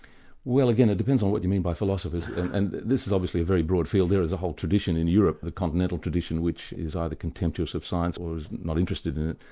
well again, it depends on what you mean by philosophers, and this is obviously a very broad field. there is a tradition in europe, the continental tradition, which is either contemptuous of science or is not interested in it.